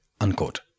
Unquote